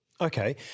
Okay